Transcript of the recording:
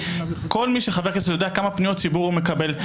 כל מי שחבר כנסת יודע כמה פניות ציבור הוא מקבל,